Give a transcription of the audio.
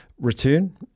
return